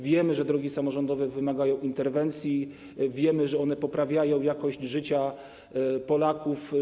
Wiemy, że drogi samorządowe wymagają interwencji, wiemy, że one poprawiają jakość życia Polaków.